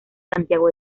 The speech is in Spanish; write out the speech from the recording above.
santiago